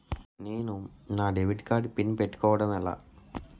నేను నా debit card PIN పెట్టుకోవడం ఎలా?